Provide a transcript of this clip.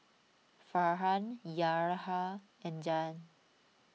Farhan Yahya and Dian